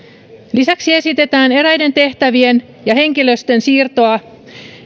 lisäksi esitetään eräiden tehtävien ja henkilöstön siirtoa